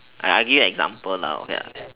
I give you an example now lah